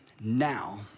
now